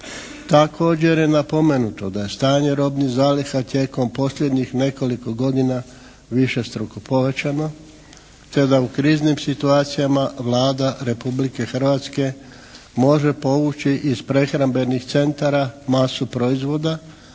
Također je napomenuto da je stanje robnih zaliha tijekom posljednjih nekoliko godina višestruko povećano te da u kriznim situacijama Vlada Republike Hrvatske može povući iz prehrambenih centara masu proizvoda